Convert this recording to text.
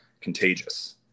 contagious